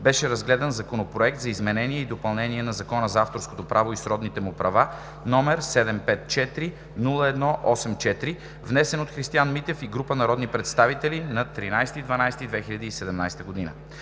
беше разгледан Законопроект за изменение и допълнение на Закона за авторското право и сродните му права, № 754-01-84, внесен от Христиан Митев и група народни представители на 13 декември 2017 г.